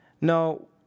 no